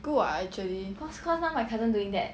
good [what] actually